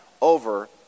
over